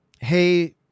hey